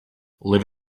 live